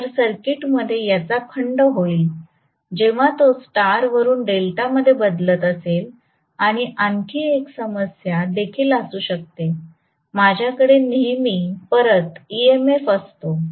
तर सर्किटमध्ये याचा खंड होईल जेव्हा तो स्टार वरून डेल्टामध्ये बदलत असेल आणि आणखी एक समस्या देखील असू शकते माझ्याकडे नेहमी परत EMF असतो